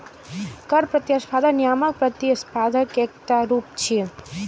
कर प्रतिस्पर्धा नियामक प्रतिस्पर्धा के एकटा रूप छियै